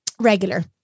regular